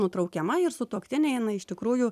nutraukiama ir sutuoktiniai iš tikrųjų